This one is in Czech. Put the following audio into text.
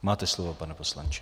Máte slovo, pane poslanče.